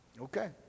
Okay